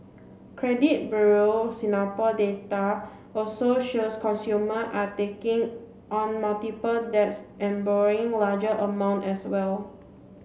credit Bureau Singapore data also shows consumer are taking on multiple debts and bring larger amount as well